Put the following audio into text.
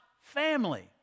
family